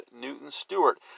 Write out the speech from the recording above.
Newton-Stewart